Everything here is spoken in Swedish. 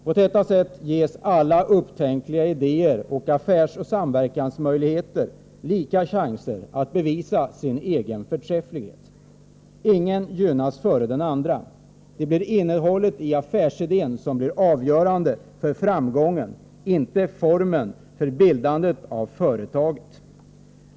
På detta sätt ges alla upptänkliga idéer och affärsoch samverkansmöjligheter lika chanser att bevisa sin egen förträfflighet. Ingen gynnas före den andra. Det blir innehållet i affärsidén som blir avgörande för framgången — inte formen för bildandet av företaget.